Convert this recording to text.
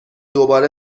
دوباره